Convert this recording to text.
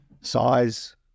size